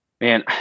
man